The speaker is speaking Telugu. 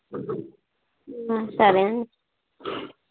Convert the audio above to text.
సరే అండి